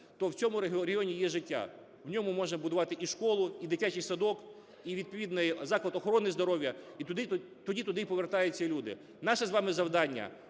то в цьому регіоні є життя: в ньому можна будувати і школу, і дитячий садок, і відповідний заклад охорони здоров'я, і тоді туди повертаються й люди. Наше з вами завдання: